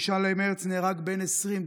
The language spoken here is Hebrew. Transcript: ב-5 במרץ נהרג בן 20,